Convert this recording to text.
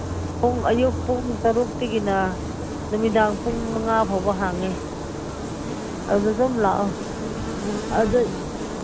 ꯄꯨꯡ ꯑꯌꯨꯛ ꯄꯨꯡ ꯇꯔꯨꯛꯇꯒꯤꯅ ꯅꯨꯃꯤꯗꯥꯡ ꯄꯨꯡ ꯃꯉꯥ ꯐꯥꯎꯕ ꯍꯥꯡꯉꯦ ꯑꯗꯨꯗ ꯑꯗꯨꯝ ꯂꯥꯛꯑꯣ ꯑꯗ